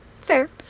Fair